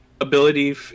ability